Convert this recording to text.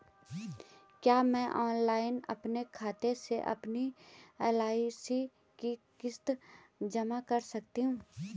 क्या मैं ऑनलाइन अपने खाते से अपनी एल.आई.सी की किश्त जमा कर सकती हूँ?